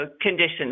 conditions